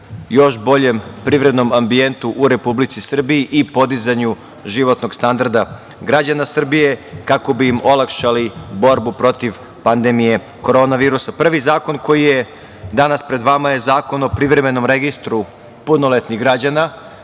još boljem privrednom ambijentu u Republici Srbiji i podizanju životnog standarda građana Srbije, kako bi im olakšali borbu protiv pandemije korona virusa. Prvi zakon koji je danas pred vama je Zakon o privremenom registru punoletnih građana